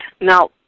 Now